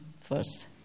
first